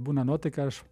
būna nuotaika aš